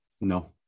no